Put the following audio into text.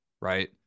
Right